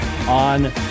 On